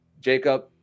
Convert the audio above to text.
jacob